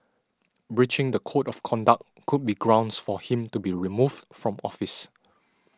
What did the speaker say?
breaching the code of conduct could be grounds for him to be removed from office